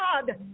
god